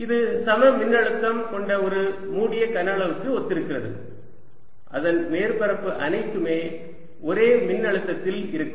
இது சம மின்னழுத்தம் கொண்ட ஒரு மூடிய கன அளவுக்கு ஒத்திருக்கிறது அதன் மேற்பரப்பு அனைத்துமே ஒரே மின்னழுத்தத்தில் இருக்கும்